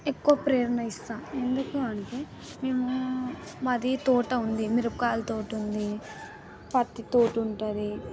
ఎక్కువ ప్రేరణ ఇస్తాను ఎందుకు అంటే మేము మాది తోట ఉంది మిరపకాయల తోట ఉంది ప్రత్తి తోట ఉంటుంది